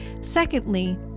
Secondly